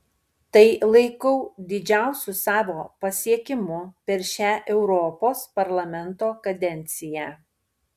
tai laikau didžiausiu savo pasiekimu per šią europos parlamento kadenciją